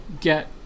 get